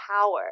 power